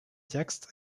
текст